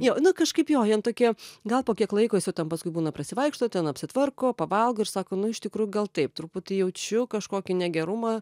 jo nu kažkaip jo jam tokie gal po kiek laiko is jau ten paskui būna prasivaikšto ten apsitvarko pavalgo ir sako nu iš tikrų gal taip truputį jaučiu kažkokį negerumą